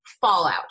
fallout